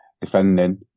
defending